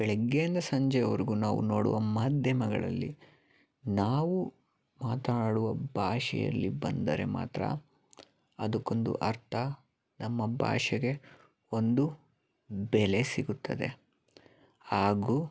ಬೆಳಗ್ಗೆಯಿಂದ ಸಂಜೆವರೆಗು ನಾವು ನೋಡುವ ಮಾಧ್ಯಮಗಳಲ್ಲಿ ನಾವು ಮಾತನಾಡುವ ಭಾಷೆಯಲ್ಲಿ ಬಂದರೆ ಮಾತ್ರ ಅದಕ್ಕೊಂದು ಅರ್ಥ ನಮ್ಮ ಭಾಷೆಗೆ ಒಂದು ಬೆಲೆ ಸಿಗುತ್ತದೆ ಹಾಗು